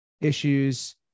issues